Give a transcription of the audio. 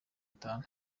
itanu